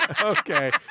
Okay